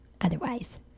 Otherwise